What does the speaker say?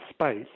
space